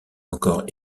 encore